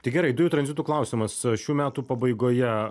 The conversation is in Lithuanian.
tai gerai dujų tranzito klausimas šių metų pabaigoje